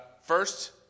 first